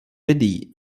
ready